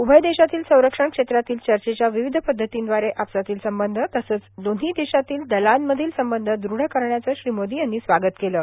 उभय देशातील संरक्षण क्षेत्रातील चर्चेच्या विविध पद्धतीद्वारे आपसातील संबंध तसंच दोव्ही देशातील दलांमधील संबंध दृढ करण्याचं श्री मोदी यांनी स्वागत केलं आहे